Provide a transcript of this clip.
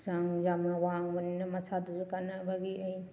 ꯆꯥꯡ ꯌꯥꯝꯅ ꯋꯥꯡꯕꯅꯤꯅ ꯃꯁꯥꯗꯁꯨ ꯀꯥꯅꯕꯒꯤ ꯑꯩ